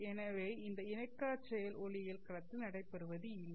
எனவே இந்த இணைக்காச்செயல் ஒளியியல் களத்தில் நடைபெறுவது இல்லை